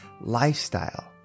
lifestyle